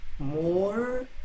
More